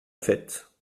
fête